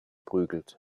prügelt